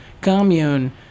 commune